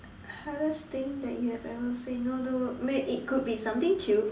hardest thing that you have ever said no to may~ it could be something cute